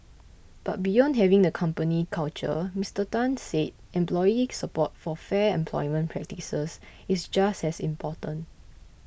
but beyond having the company culture Mister Tan said employee support for fair employment practices is just as important